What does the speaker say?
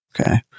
Okay